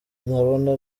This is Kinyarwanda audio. ndabona